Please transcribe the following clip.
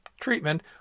treatment